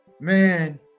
Man